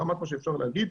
ברמה פה שאפשר להגיד,